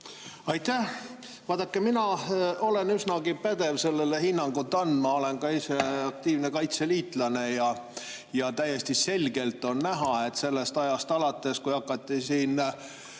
Aitäh! Vaadake, mina olen üsnagi pädev sellele hinnangut andma. Ma olen ka ise aktiivne kaitseliitlane. Täiesti selgelt on näha, et sellest ajast alates, kui hakati